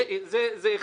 זה אחד.